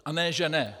A ne, že ne.